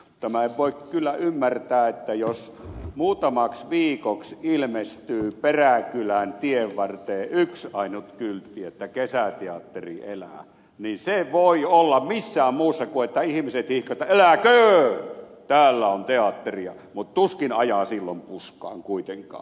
en voi kyllä ymmärtää että jos muutamaksi viikoksi ilmestyy peräkylän tienvarteen yksi ainut kyltti kesäteatteri elää se voi aiheuttaa mitään muuta kuin että ihmiset hihkaa että eläköön täällä on teatteria mutta tuskin kukaan ajaa silloin puskaan kuitenkaan